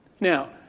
Now